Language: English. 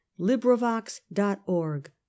LibriVox.org